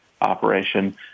operation